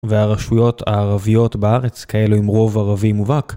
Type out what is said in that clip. והרשויות הערביות בארץ כאלו עם רוב ערבי מובהק.